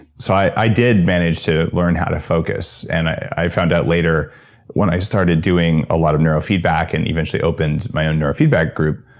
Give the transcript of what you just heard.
so i i did manage to learn how to focus and i found out later when i started doing a lot of neurofeedback and eventually opened my own neurofeedback group,